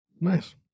Nice